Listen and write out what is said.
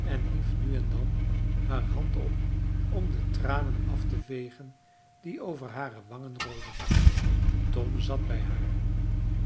en hief nu en dan haar hand op om de tranen af te vegen die over hare wangen rolden tom zat bij haar